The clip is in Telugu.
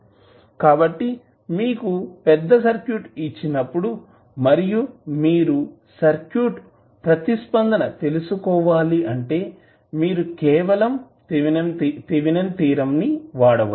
కాబట్టి మీకు పెద్ద సర్క్యూట్ ఇచ్చినప్పుడు మరియు మీరు సర్క్యూట్ ప్రతిస్పందన తెలుసుకోవాలి అంటే మీరు కేవలం థేవినిన్ థీరం ని వాడవచ్చు